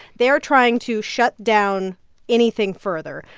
they're trying to shut down anything further,